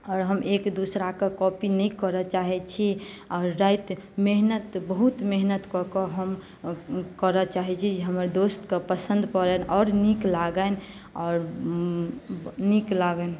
आओर हम एक दोसराके कॉपी नहि करय चाहैत छी आओर राति मेहनत बहुत मेहनत कऽ कऽ हम करय चाहैत छी हमर दोस्तकेँ पसन्द पड़नि आओर नीक लागनि आओर नीक लागनि